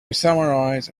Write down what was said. summarize